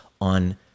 on